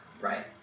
right